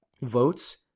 votes